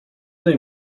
daj